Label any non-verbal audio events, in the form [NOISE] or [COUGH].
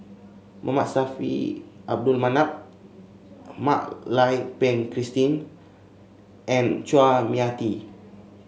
[UNINTELLIGIBLE] Saffri [UNINTELLIGIBLE] Manaf Mak Lai Peng Christine and Chua Mia Tee